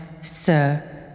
Sir